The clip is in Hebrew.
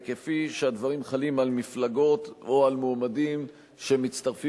כפי שהדברים חלים על מפלגות או על מועמדים שמצטרפים